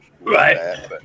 right